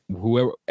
whoever